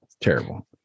Terrible